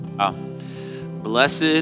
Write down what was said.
Blessed